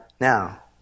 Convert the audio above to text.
now